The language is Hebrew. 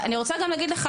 אני רוצה להגיד לך,